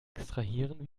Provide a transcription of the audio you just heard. extrahieren